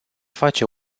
face